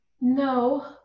No